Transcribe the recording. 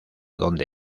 donde